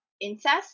incest